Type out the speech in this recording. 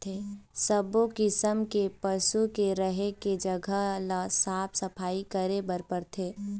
सब्बो किसम के पशु के रहें के जघा ल साफ सफई करे बर परथे